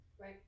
Right